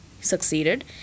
succeeded